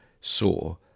saw